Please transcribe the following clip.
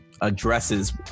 addresses